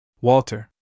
Walter